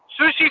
sushi